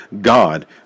God